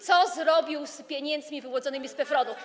Co zrobił z pieniędzmi wyłudzonymi z PFRON-u?